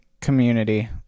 community